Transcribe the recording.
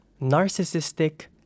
Narcissistic